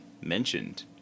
mentioned